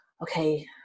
okay